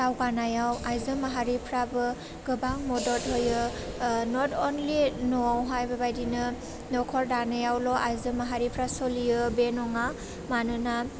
दावगानायाव आइजो माहारिफ्राबो गोबां मदद होयो नट अनलि न'आवहाय बेबायदिनो नखर दानायावल' आइजो माहारिफ्रा सलियो बे नङा मानोना